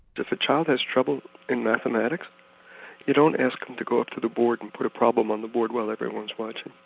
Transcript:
if a child has trouble in mathematics you don't ask them to go up to the board and put a problem on the board while everyone's watching.